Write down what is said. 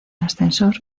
ascensor